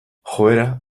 joera